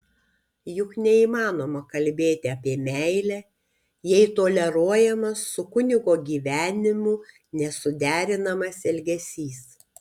juk neįmanoma kalbėti apie meilę jei toleruojamas su kunigo gyvenimu nesuderinamas elgesys